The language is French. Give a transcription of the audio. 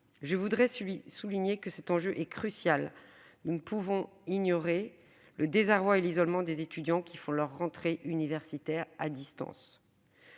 de le souligner, cet enjeu est crucial : nous ne pouvons ignorer le désarroi et l'isolement des étudiants qui font leur rentrée universitaire à distance.